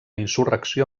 insurrecció